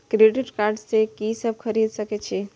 Credit card से की सब खरीद सकें छी?